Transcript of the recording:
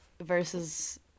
versus